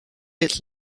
its